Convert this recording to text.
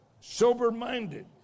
sober-minded